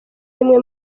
rimwe